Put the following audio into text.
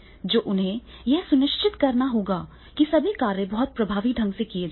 और उन्हें यह सुनिश्चित करना होगा कि सभी कार्य बहुत प्रभावी ढंग से किए जाएं